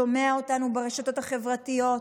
שומע אותנו ברשתות החברתיות.